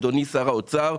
אדוני שר האוצר,